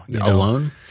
Alone